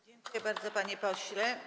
Dziękuję bardzo, panie pośle.